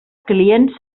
client